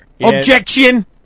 Objection